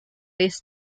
less